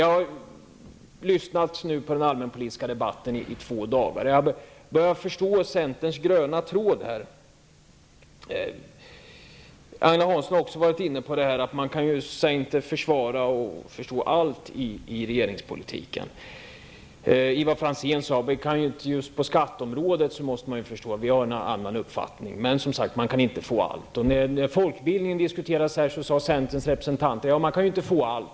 Jag har nu i två dagar lyssnat på den allmänpolitiska debatten och börjar förstå centerns gröna tråd här. Agne Hansson har sagt att man inte kan försvara eller förstå allt i regeringspolitiken. Ivar Franzén har sagt att vi måste förstå att centern just på skatteområdet har en annan uppfattning -- ja, som sagt, man kan inte få allt. När folkbildningen diskuterades här sades det från centern: Ja, man kan inte få allt.